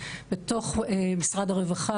בתוך משרד הרווחה,